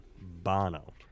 Bono